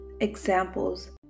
examples